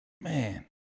Man